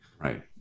Right